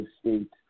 State